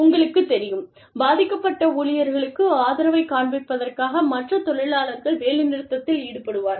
உங்களுக்கு தெரியும் பாதிக்கப்பட்ட ஊழியருக்கு ஆதரவைக் காண்பிப்பதற்காக மற்ற தொழிலாளர்கள் வேலைநிறுத்தத்தில் ஈடுபடுவார்கள்